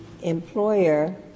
employer